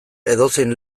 edozein